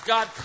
God